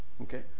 Okay